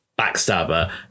Backstabber